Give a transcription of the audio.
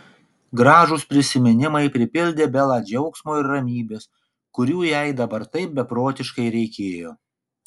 gražūs prisiminimai pripildė belą džiaugsmo ir ramybės kurių jai dabar taip beprotiškai reikėjo